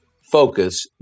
focus